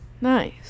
nice